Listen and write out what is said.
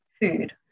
food